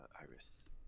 Iris